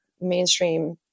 mainstream